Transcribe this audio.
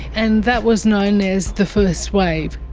and that was known as the first wave.